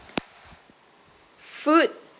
food